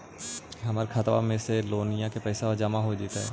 हमर खातबा में से लोनिया के पैसा जामा हो जैतय?